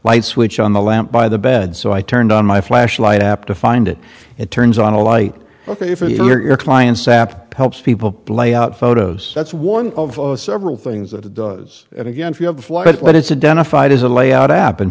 light switch on the lamp by the bed so i turned on my flashlight app to find it it turns on a light but if your client sap helps people lay out photos that's one of several things that it does it again if you have the fly but it's a